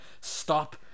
stop